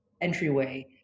entryway